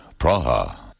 Praha